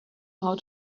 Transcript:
how